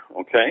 Okay